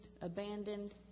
abandoned